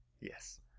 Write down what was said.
Yes